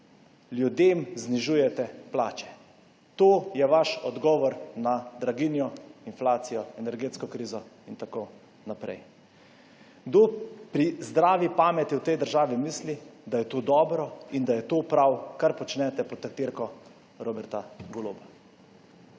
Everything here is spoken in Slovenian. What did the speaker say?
Ljudem znižujete plače. To je vaš odgovor na draginjo, inflacijo, energetsko krizo in tako naprej. Kdo pri zdravi pameti v tej državi misli, da je to dobro in da je to prav, kar počnete pod taktirko Roberta Goloba?